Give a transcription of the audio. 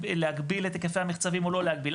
להגביל את היקפי המחצבים או לא להגביל,